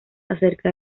acerca